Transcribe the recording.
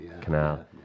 canal